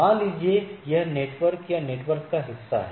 मान लीजिए कि यह नेटवर्क या नेटवर्क का हिस्सा है